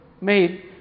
made